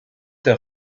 der